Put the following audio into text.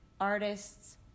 artists